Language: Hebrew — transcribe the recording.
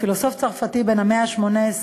פילוסוף צרפתי בן המאה ה-18,